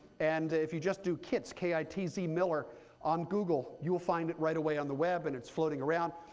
and if you just do kitz, k i t z miller on google, you'll find it right away on the web. and it's floating around.